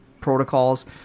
protocols